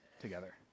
together